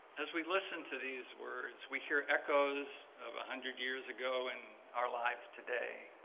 as we listen to these words we hear echoes of a hundred years ago in our lives today